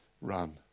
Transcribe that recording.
run